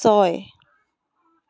ছয়